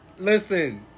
listen